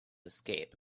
escape